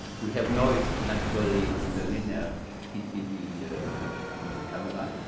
we have noise naturally in the linear ccd camera.